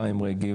חיים רגב,